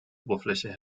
oberfläche